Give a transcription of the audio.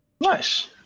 Nice